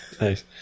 nice